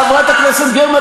חברת הכנסת גרמן,